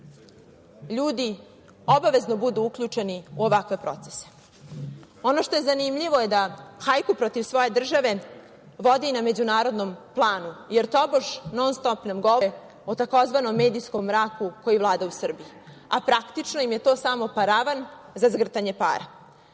ljudi, obavezno budu uključeni u ovakve procese? Ono što je zanimljivo je da hajku protiv svoje države vode i na međunarodnom planu, jer tobože non-stop nam govore o takozvanom medijskom mraku koji vlada u Srbiji. Praktično im je to samo paravan za zgrtanje para.